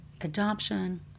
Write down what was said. adoption